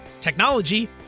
technology